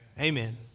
Amen